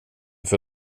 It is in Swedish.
för